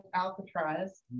Alcatraz